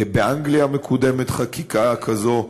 באנגליה מקודמת חקיקה כזו,